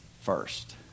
first